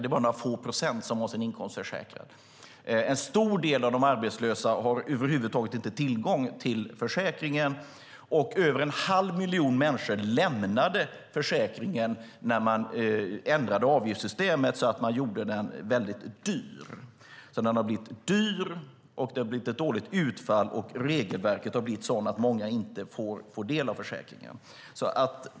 Det är bara några få procent som har det. En stor del av de arbetslösa har över huvud taget inte tillgång till försäkringen. Över en halv miljon människor lämnade försäkringen när avgiftssystemet ändrades så att den blev väldigt dyr. Den har alltså blivit dyr, det har blivit ett dåligt utfall och regelverket har blivit sådant att många inte får del av försäkringen.